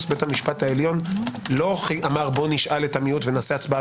בית המשפט העליון לא אמר: בוא נשאל את המיעוט ונעשה הצבעה